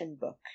book